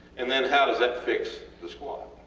and then how does that fix the squat?